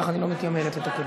אותך אני לא מתיימרת לתקן.